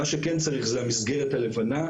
מה שכן צריך זה את המסגרת הלבנה,